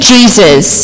Jesus